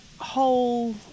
whole